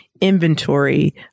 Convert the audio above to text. inventory